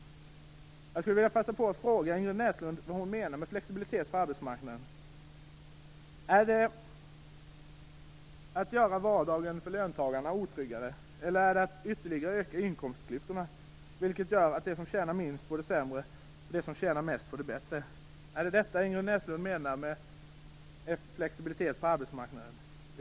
Jag skulle vilja passa på att fråga Ingrid Näslund vad hon menar med begreppet flexibilitet på arbetsmarknaden. Handlar det om att göra vardagen för löntagare otryggare eller handlar det om att ytterligare öka inkomstklyftorna, vilket gör att de som tjänar minst får det sämre och att de som tjänar mest får det bättre? Är det vad Ingrid Näslund menar med begreppet flexibilitet på arbetsmarknaden?